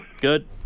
good